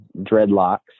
dreadlocks